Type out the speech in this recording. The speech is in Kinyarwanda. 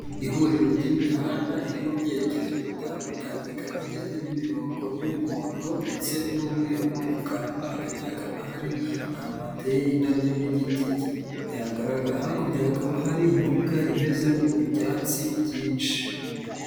Ihuriro ry'imihanda iri mu byerekezo bitandukanye, ikaba igizwe n'imirongo y'umuhondo ndetse n'umweru n'umukara, mo hagati hakaba hari ahantu hateye indabyo n'igiti kihagaragara, hakurya hakaba hari imbuga imezemo ibyatsi byinshi.